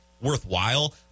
worthwhile